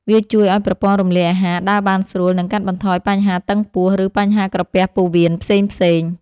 វាជួយឱ្យប្រព័ន្ធរំលាយអាហារដើរបានស្រួល និងកាត់បន្ថយបញ្ហាតឹងពោះ ឬបញ្ហាក្រពះពោះវៀនផ្សេងៗ។